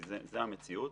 כי זו המציאות